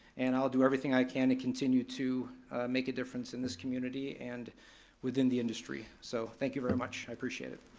and i'll do everything i can to continue to make a difference in this community, and within the industry. so thank you very much, i appreciate it.